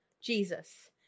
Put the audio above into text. Jesus